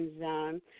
zone